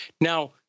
Now